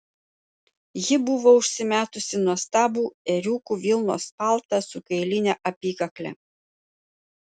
ji buvo užsimetusi nuostabų ėriukų vilnos paltą su kailine apykakle